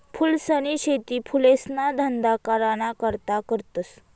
फूलसनी शेती फुलेसना धंदा कराना करता करतस